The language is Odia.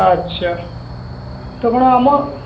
ଆଚ୍ଛା ତ କ'ଣ ଆମ